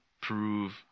prove